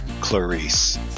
Clarice